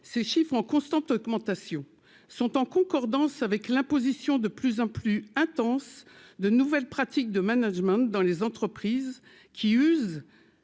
Ce chiffre en constante augmentation sont en concordance avec l'imposition de plus en plus intenses, de nouvelles pratiques de management dans les entreprises qui usent,